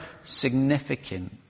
significant